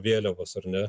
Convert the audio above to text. vėliavos ar ne